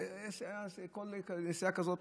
כל נסיעה כזאת